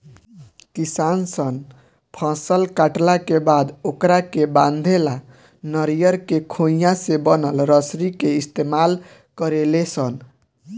किसान सन फसल काटला के बाद ओकरा के बांधे ला नरियर के खोइया से बनल रसरी के इस्तमाल करेले सन